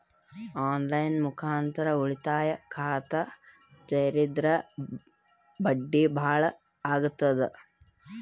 On line ಮುಖಾಂತರ ಉಳಿತಾಯ ಖಾತ ತೇರಿದ್ರ ಬಡ್ಡಿ ಬಹಳ ಅಗತದ?